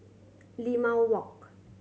Limau Walk